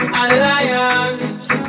alliance